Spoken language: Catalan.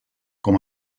com